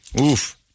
Oof